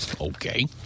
okay